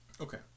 Okay